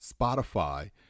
Spotify